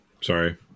sorry